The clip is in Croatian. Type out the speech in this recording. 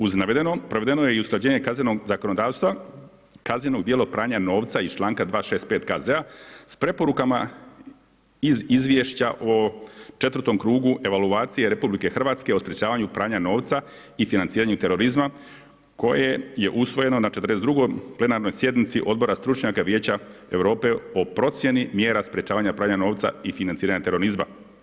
Uz navedeno, provedeno je i usklađenje kaznenog zakonodavstva, kaznenog djela pranja novca iz članak 265 K.Z. s preporukama iz izvješća o četvrtom krugu evaluacije RH o sprječavanju pranja novca i financiranju terorizma koje je usvojeno na 42. plenarnoj sjednici odbora stručnjaka Vijeća Europe o procjeni mjera sprječavanja pranja novca i financiranja terorizma.